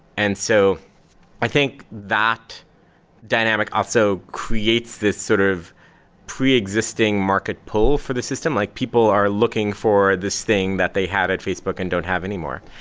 and so i think that dynamic also creates this sort of pre-existing market pull for the system. like people are looking for this thing that they had at facebook and don't have anymore.